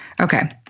Okay